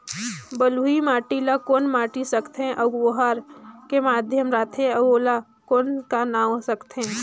बलुही माटी ला कौन माटी सकथे अउ ओहार के माधेक राथे अउ ओला कौन का नाव सकथे?